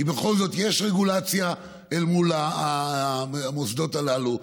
כי בכל זאת יש רגולציה אל מול המוסדות האלה.